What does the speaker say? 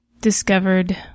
discovered